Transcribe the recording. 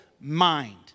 mind